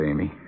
Amy